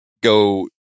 go